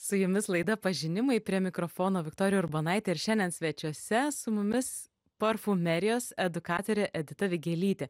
su jumis laida pažinimai prie mikrofono viktorija urbonaitė ir šiandien svečiuose su mumis parfumerijos edukatorė edita vigelytė